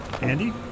Andy